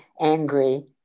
angry